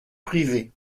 privée